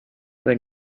where